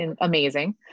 amazing